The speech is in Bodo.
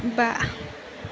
बा